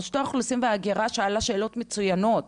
רשות האוכלוסין וההגירה שאלה שאלות מצוינות,